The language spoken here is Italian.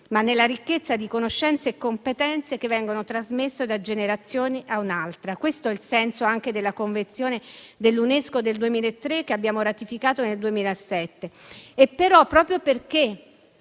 ma nella ricchezza di conoscenze e competenze che vengono trasmesse da una generazione a un'altra. Questo è il senso anche della Convenzione dell'UNESCO del 2003, che abbiamo ratificato nel 2007. Tuttavia, proprio perché